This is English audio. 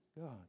God